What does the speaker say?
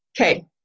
Okay